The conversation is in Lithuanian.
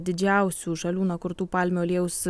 didžiausių žalių na kurtų palmių aliejaus